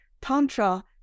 Tantra